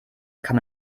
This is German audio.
kann